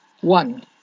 One